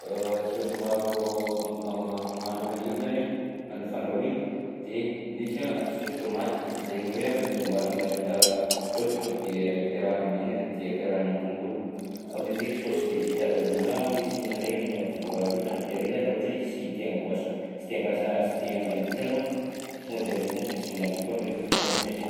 Saosy maro am- nahandro akany ndraika zany a an'ny fandrahoina de misy a saosy tômaty zaigny hoe tonga de amborina miaraka saosy tonga de a- ampiarahana menaka de ampiaraha am'tongolo fa misy eky saosy le vita aminà ozinina regny v- varotana de regny zany raha ohatra hoe sy te hamboatra sy te hampiasa sy te handany vola anao de tonga de regny foagna sady tsy mandany fotoana regny fa tonga de ampiasaina.